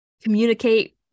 communicate